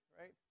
right